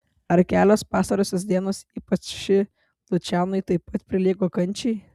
ar kelios pastarosios dienos ypač ši lučianui taip pat prilygo kančiai